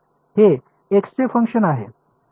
हे x चे function आहे